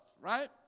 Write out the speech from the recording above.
right